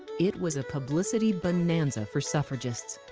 it was a publicity bonanza for suffragists.